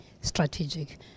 strategic